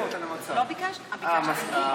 לא ביקשתי.